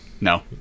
no